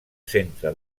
centre